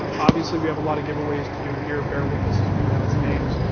but obviously, we have a lot of giveaways to do here. bare with us as we announce names.